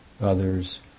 others